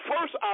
first